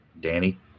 Danny